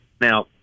Now